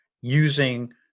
using